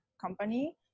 company